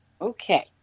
Okay